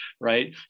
right